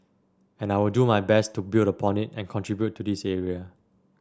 and I will do my best build upon it and contribute to this area